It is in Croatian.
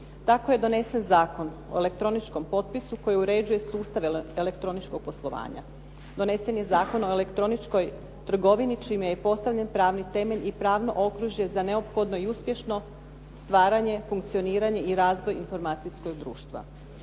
Tako je donesen Zakon o elektroničkom potpisu koji uređuje sustave elektroničkog poslovanja. Donesen je Zakon o elektroničkoj trgovini čime je postavljen pravni temelj i pravno okružje za neophodno i uspješno stvaranje, funkcioniranje i razvoj informacijskog društva.